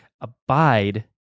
Abide